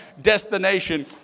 destination